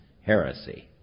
heresy